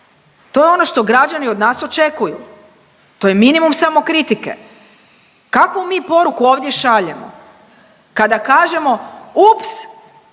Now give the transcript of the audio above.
To je ono što građani od nas očekuju. To je minimum samokritike. Kakvu mi poruku ovdje šaljemo kada kažemo, ups,